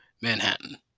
Manhattan